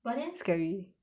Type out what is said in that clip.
but then scary